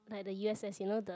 like the u_s_s you know the